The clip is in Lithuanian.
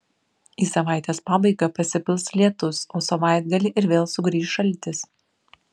į savaitės pabaigą pasipils lietus o savaitgalį ir vėl sugrįš šaltis